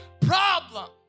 problem